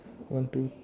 one two